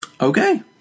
Okay